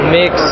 mix